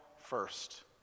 first